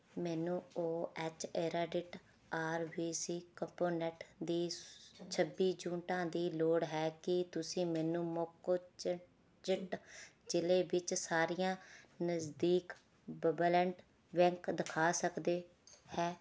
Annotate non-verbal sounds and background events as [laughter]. ਮੈਨੂੰ O H [unintelligible] R B C component ਦੀ ਛੱਬੀ ਯੂਨਿਟਾਂ ਦੀ ਲੋੜ ਹੈ ਕੀ ਤੁਸੀਂ ਮੈਨੂੰ ਮੋਕੋਚ ਚਿੰਟ ਜ਼ਿਲ੍ਹੇ ਵਿੱਚ ਸਾਰੀਆਂ ਨਜ਼ਦੀਕ [unintelligible] ਬਲੱਡ ਬੈਂਕ ਦਿਖਾ ਸਕਦੇ ਹੈ